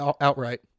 outright